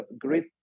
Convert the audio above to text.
great